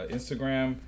Instagram